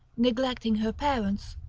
neglecting her parents,